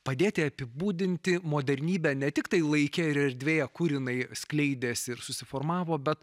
padėti apibūdinti modernybę ne tiktai laike ir erdvėje kur jinai skleidėsi ir susiformavo bet